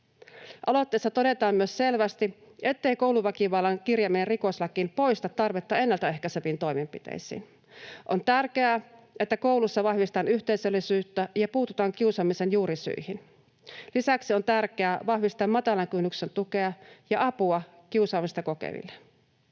Aloitteessa todetaan myös selvästi, ettei kouluväkivallan kirjaaminen rikoslakiin poista tarvetta ennaltaehkäiseviin toimenpiteisiin. On tärkeää, että koulussa vahvistetaan yhteisöllisyyttä ja puututaan kiusaamisen juurisyihin. Lisäksi on tärkeää vahvistaa matalan kynnyksen tukea ja apua kiusaamista kokeville.